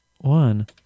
one